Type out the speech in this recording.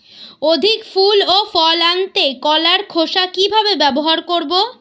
অধিক ফুল ও ফল আনতে কলার খোসা কিভাবে ব্যবহার করব?